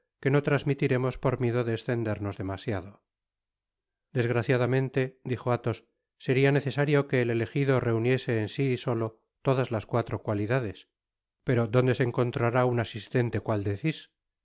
que no trasmitiremos por miedo de estendernos demasiado desgraciadamente dijo athos seria necesario que el elejido reuniese en si solo todas las cuatro cualidades pero dónde se encontrará un asistente cual decis